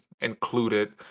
included